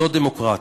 זו דמוקרטיה.